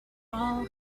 all